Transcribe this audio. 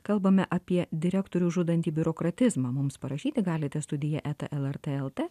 kalbame apie direktorius žudantį biurokratizmą mums parašyti galite studija eta lrt lt